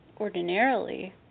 ordinarily